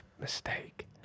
mistake